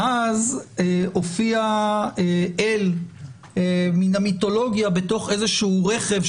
ואז הופיע אל מן המיתולוגיה בתוך רכב,